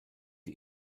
die